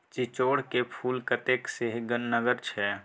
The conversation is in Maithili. चिचोढ़ क फूल कतेक सेहनगर छै